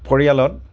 পৰিয়ালত